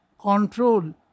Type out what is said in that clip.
control